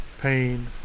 pain